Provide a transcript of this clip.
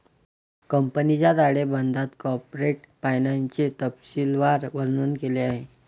कंपनीच्या ताळेबंदात कॉर्पोरेट फायनान्सचे तपशीलवार वर्णन केले आहे